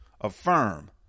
Affirm